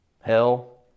hell